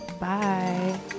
bye